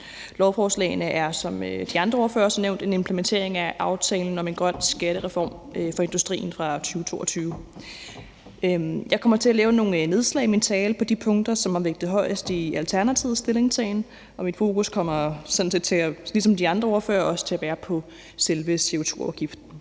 Lovforslagene er, som de andre ordførere også har nævnt, en implementering af aftalen om en grøn skattereform for industrien fra 2022. Jeg kommer til at lave nogle nedslag i min tale på de punkter, som har vægtet højest i Alternativets stillingtagen. Og mit fokus kommer sådan set ligesom de andre ordføreres også til at være på selve CO2-afgiften.